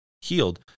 healed